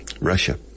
Russia